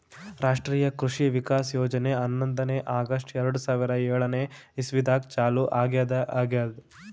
ರಾಷ್ಟ್ರೀಯ ಕೃಷಿ ವಿಕಾಸ್ ಯೋಜನೆ ಹನ್ನೊಂದನೇ ಆಗಸ್ಟ್ ಎರಡು ಸಾವಿರಾ ಏಳನೆ ಇಸ್ವಿದಾಗ ಚಾಲೂ ಆಗ್ಯಾದ ಆಗ್ಯದ್